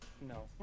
No